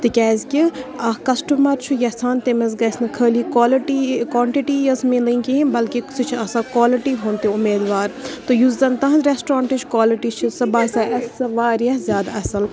تِکیٛازِ کہِ اکھ کَسٹٕمَر چھُ یژھان تٔمِس گَژھِ نہٕ خٲلی کالٹِی کوانٹِٹِی یٲژ میلٕنۍ کِہیٖنٛۍ بٔلکہِ سُہ چھُ آسان کالِٹِی ہُنٛد تہِ امیدوار تہٕ یُس زَن تُہٕنٛزِ رؠسٹورَنٹٕچ کالِٹِی چھِ سُہ سۅ باسے اَسہِ واریاہ زِیادٕ اَصٕل